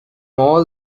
all